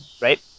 right